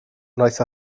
wnaeth